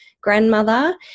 grandmother